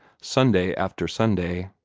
sunday after sunday.